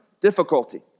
Difficulty